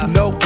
no